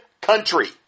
country